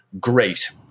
great